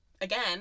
again